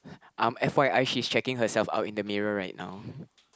um F_Y_I she's checking herself out in the mirror right now